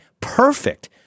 perfect